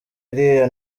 iriya